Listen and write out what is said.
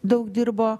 daug dirbo